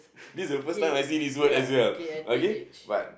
this is the first time I see this word as well okay but